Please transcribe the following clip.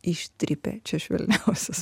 ištrypė čia švelniausias